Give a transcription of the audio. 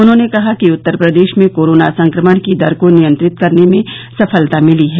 उन्होंने कहा कि उत्तर प्रदेश में कोरोना संक्रमण की दर को नियंत्रित करने में सफलता मिली है